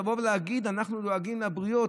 לבוא ולהגיד: אנחנו דואגים לבריאות.